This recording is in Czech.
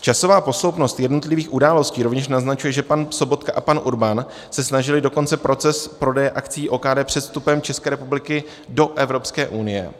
Časová posloupnost jednotlivých události rovněž naznačuje, že pan Sobotka a pan Urban se snažili dokončit proces prodeje akcií OKD před vstupem České republiky do Evropské unie.